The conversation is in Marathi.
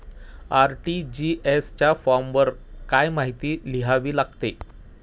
आर.टी.जी.एस च्या फॉर्मवर काय काय माहिती लिहावी लागते?